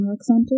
Center